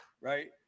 right